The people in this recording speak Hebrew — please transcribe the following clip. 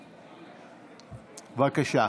בבקשה.